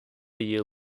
year